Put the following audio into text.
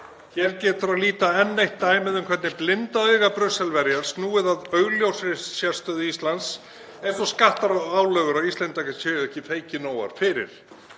Hér getur að líta enn eitt dæmið um hvernig blinda auga Brusselverja er snúið að augljósri sérstöðu Íslands, eins og skattar og álögur á Íslendinga séu ekki feykinógar fyrir.